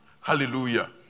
Hallelujah